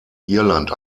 irland